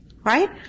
Right